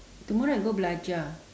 tomorrow I go belajar